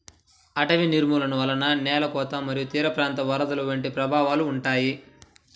అటవీ నిర్మూలన వలన నేల కోత మరియు తీరప్రాంత వరదలు వంటి ప్రభావాలు ఉంటాయి